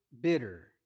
bitter